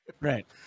right